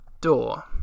door